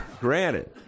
granted